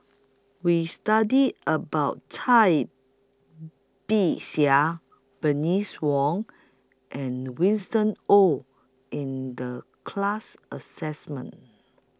We studied about Cai Bixia Bernice Wong and Winston Oh in The class Assessment